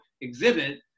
exhibit